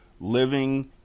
living